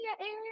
area